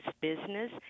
business